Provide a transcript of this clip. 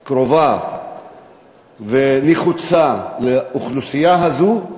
הכי קרובה ונחוצה לאוכלוסייה הזאת,